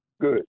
Good